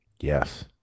Yes